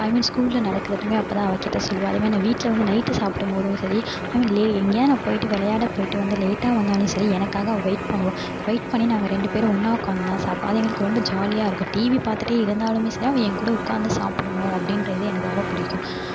அது மாதிரி ஸ்கூலில் நடக்கிறதுமே அப்போ தான் அவள் கிட்டே சொல்லுவேன் அதே மாதிரி நான் வீட்டில் வந்து நைட் சாப்பிடும் போது சரி அதே மாதிரி எங்கேயாது நான் போய்ட்டு விளையாட போய்ட்டு லேட்டாக வந்தாலும் சரி எனக்காக அவள் வெயிட் பண்ணுவாள் வெயிட் பண்ணி நாங்கள் ரெண்டு பேரும் ஒன்னாக உட்காந்து தான் சாப்பிடுவோ அது எங்களுக்கு ரொம்ப ஜாலியாருக்கும் டிவி பார்த்துட்டே இருந்தாலுமே சரி அவள் என்கூட உட்காந்து சாப்பிடனும் அப்படின்ற இது எனக்கு ரொம்ப பிடிக்கும்